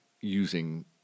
using